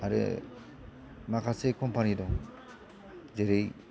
आरो माखासे कम्पानि दं जेरै